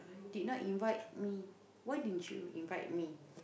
did not invite me why didn't you invite me